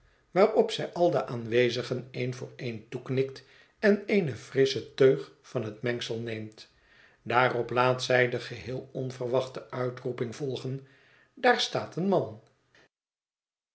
waarop zij al de aanwezigen een voor een toeknikt en eene frissche teug van het mengsel neemt daarop laat zij de geheel onverwachte uitroeping volgen daar staat een man